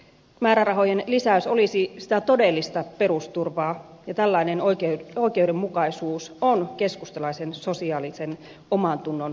määrärahojen lisäys olisi sitä todellista perusturvaa ja tällainen oikeudenmukaisuus on keskustalaisen sosiaalisen omantunnon ydintä